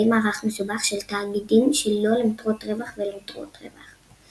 מערך מסובך של תאגידים שלא למטרות רווח ולמטרות רווח.